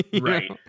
Right